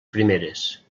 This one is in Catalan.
primeres